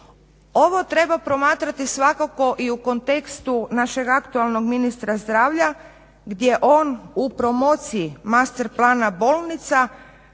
Ovo treba promatrati svakako i u kontekstu našeg aktualnog ministra zdravlja gdje on u promociji master plana bolnica